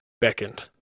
beckoned